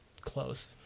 Close